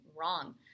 wrong